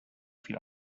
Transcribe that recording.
viel